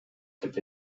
деп